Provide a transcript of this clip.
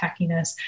tackiness